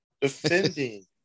defending